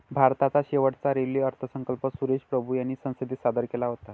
भारताचा शेवटचा रेल्वे अर्थसंकल्प सुरेश प्रभू यांनी संसदेत सादर केला होता